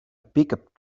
pickup